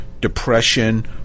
depression